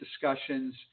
discussions